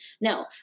No